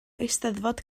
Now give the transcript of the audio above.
eisteddfod